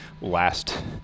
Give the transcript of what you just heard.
last